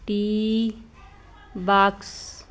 tea box